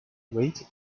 weight